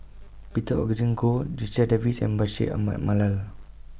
Peter Augustine Goh Checha Davies and Bashir Ahmad Mallal